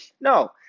no